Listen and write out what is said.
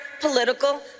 political